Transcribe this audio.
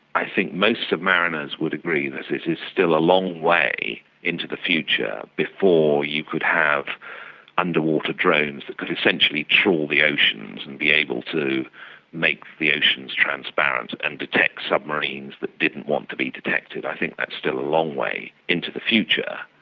i think most submariners would agree and that it is still a long way into the future before you could have underwater drones that could essentially trawl the oceans and be able to make the oceans transparent and detect submarines that didn't want to be detected. i think that's still a long way into the future.